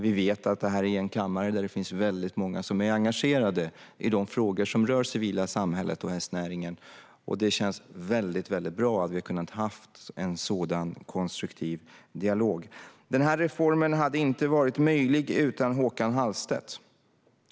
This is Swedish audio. Vi vet att det i denna kammare finns många som är engagerade i de frågor som rör det civila samhället och hästnäringen. Det känns väldigt bra att vi har kunnat ha en så pass konstruktiv dialog. Reformen hade inte varit möjlig utan Håkan Hallstedt.